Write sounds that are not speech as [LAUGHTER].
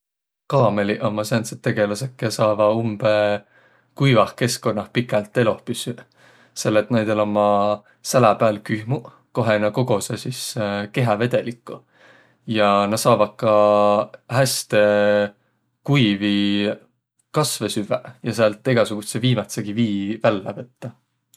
Kaamõliq ommaq sääntseq tegeläseq, kiä saavaq umbõ kuivah keskkunnah pikält eloh püssüq, selle et näil ommaq kühmuq, kohe nä kogosõq sis [HESITATION] kehävedelikku. Ja nä saavaq ka häste kuivi kasvõ süvväq ja säält egäsugudsõ viimätsegi vii vällä võttaq.